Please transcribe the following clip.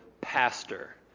pastor